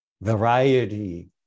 variety